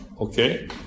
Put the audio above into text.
Okay